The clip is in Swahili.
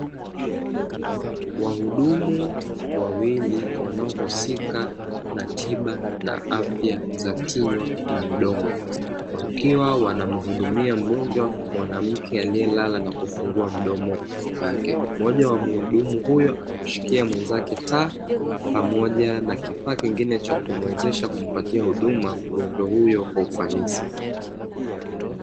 Wahudumu wawili wanaohusika na tiba na afya za kinywa na mdomo, wakiwa wanamhudumia mgonjwa mwanamke aliyelala na kufungua mdomo wake, moja wa mhudumu huyo amemshikia mwenzake taa pamoja na kifaa kingine cha kumwezesha kumpatia huduma mgonjwa huyo kwa ufanisi.